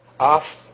off